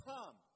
Come